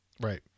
Right